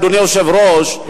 אדוני היושב-ראש,